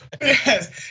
Yes